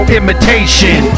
imitation